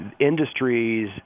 industries